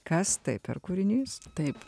kas tai per kūrinys taip